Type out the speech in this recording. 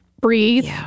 Breathe